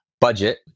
budget